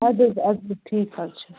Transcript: اَدٕ حظ اَدٕ حظ ٹھیٖک حظ چھُ